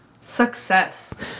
Success